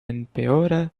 empeora